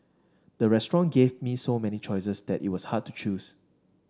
the restaurant gave me so many choices that it was hard to choose